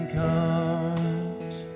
comes